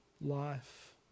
life